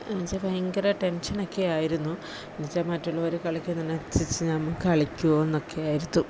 എന്ന വച്ചാ ഭയങ്കര ടെൻഷനൊക്കെ ആയിരുന്നു എന്നുവച്ചാ മറ്റുള്ളവർ കളിക്കന്നനനുസരിച്ച് നമ്മൾ കളിക്കുവോന്നൊക്കെ ആയിരുന്നു